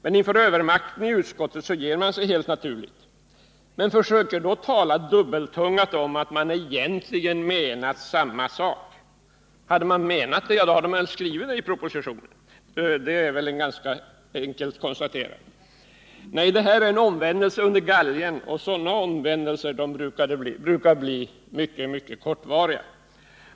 Men inför övermakten i utskottet gav sig helt naturligt folkpartisterna och försökte tala dubbeltungat om att man egentligen hade menat samma sak som utskottsmajoriteten. Hade man menat det, hade väl regeringen skrivit så i propositionen — det är väl ett ganska enkelt konstaterande. Nej, detta är en omvändelse under galgen, och sådana omvändelser brukar bli mycket kortvariga.